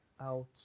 out